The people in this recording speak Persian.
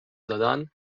زدن